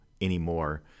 anymore